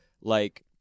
Like-